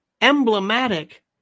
emblematic